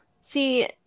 See